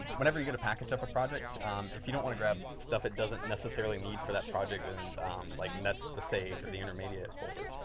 whenever you go to package up a project if you don't want to grab stuff that doesn't necessarily need for that project and i'm like that's the saved or the intermediate folder.